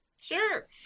Sure